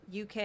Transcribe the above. UK